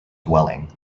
dwelling